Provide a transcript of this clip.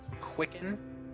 Quicken